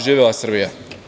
Živela Srbija!